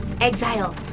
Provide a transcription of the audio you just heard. Exile